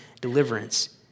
deliverance